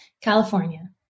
California